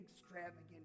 extravagant